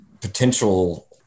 potential